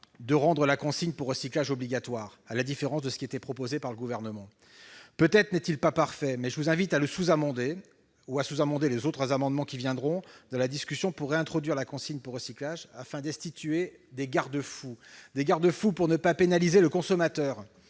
à rendre cette consigne obligatoire, à la différence de ce qui était proposé par le Gouvernement. Peut-être n'est-il pas parfait, mais je vous invite à le sous-amender ou à sous-amender les autres amendements qui viendront en discussion pour réintroduire la consigne pour recyclage, afin d'instituer des garde-fous. Il importe en effet de ne pas pénaliser le consommateur